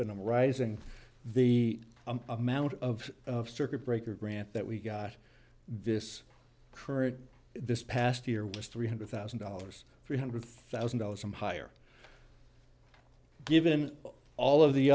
been rising the amount of circuit breaker grant that we got this current this past year was three hundred thousand dollars three hundred thousand dollars some higher given all of the